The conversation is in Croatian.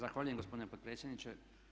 Zahvaljujem gospodine potpredsjedniče.